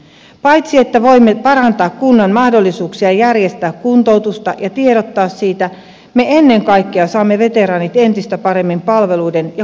paitsi että voimme parantaa kunnan mahdollisuuksia järjestää kuntoutusta ja tiedottaa siitä me ennen kaikkea saamme veteraanit entistä paremmin palveluiden ja kuntoutuksen piiriin